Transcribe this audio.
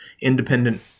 independent